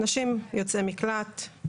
נשים יוצאי מקלט,